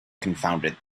confounded